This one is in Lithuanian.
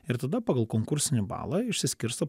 ir tada pagal konkursinį balą išsiskirsto